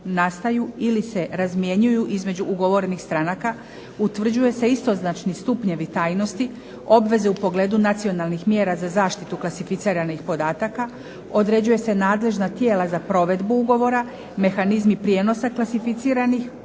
nastaju ili se razmjenjuju između ugovorenih stranaka, utvrđuju se istoznačni stupnjevi tajnosti, obveze u pogledu nacionalnih mjera za zaštitu klasificiranih podataka, određuju se nadležna tijela za provedbu ugovora, mehanizmi prijenosa klasificiranih